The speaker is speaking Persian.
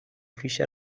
پیشه